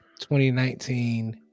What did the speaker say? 2019